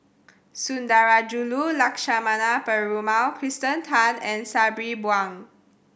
Sundarajulu Lakshmana Perumal Kirsten Tan and Sabri Buang